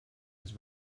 was